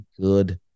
good